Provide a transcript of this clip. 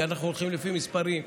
אנחנו הולכים לפי מספרים.